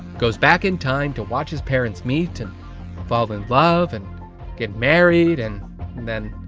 goes back in time to watch his parents meet and fall in love and get married and then.